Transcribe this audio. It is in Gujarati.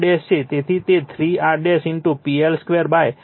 તેથી તે 3 R PL2 3 VL2 હશે